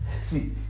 See